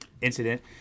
incident